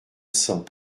sang